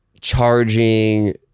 charging